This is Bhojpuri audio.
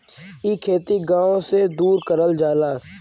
इ खेती गाव से दूर करल जाला